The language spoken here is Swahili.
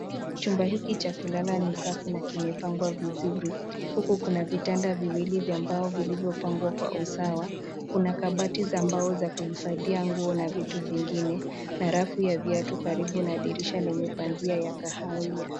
Chumba hiki cha kulala ni safi na kimepangwa vizuri huku kuna vitanda viwili vya mbao vilivyopangwa kwa usawa. Kuna kabati za mbao za kuhifadhia nguo na vitu vyengine na rafu ya viatu karibu na dirisha lenye pazia ya kahawia.